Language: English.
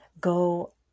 Go